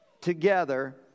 together